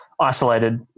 isolated